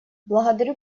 благодарю